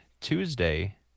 Tuesday